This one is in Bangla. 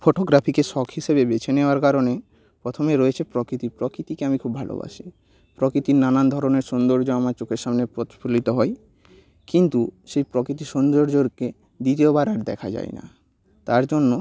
ফটোগ্রাফিকে শখ হিসেবে বেছে নেওয়ার কারণে প্রথমে রয়েছে প্রকৃতি প্রকৃতিকে আমি খুব ভালোবাসি প্রকৃতির নানান ধরনের সৌন্দর্য আমার চোখের সামনে প্রতিফলিত হয় কিন্তু সেই প্রকৃতি সৌন্দর্যকে দ্বিতীয়বার আর দেখা যায় না তার জন্য